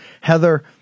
heather